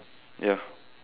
ya